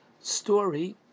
story